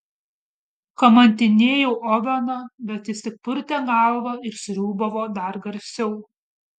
kamantinėjau oveną bet jis tik purtė galvą ir sriūbavo dar garsiau